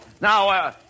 now